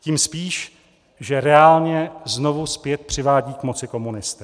Tím spíš, že reálně znovu zpět přivádí k moci komunisty.